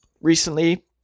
recently